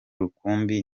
rukumbi